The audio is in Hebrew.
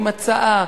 עם הצעה,